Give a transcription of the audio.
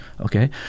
okay